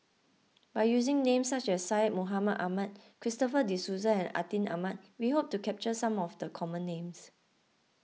by using names such as Syed Mohamed Ahmed Christopher De Souza and Atin Amat we hope to capture some of the common names